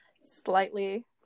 slightly